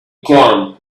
camp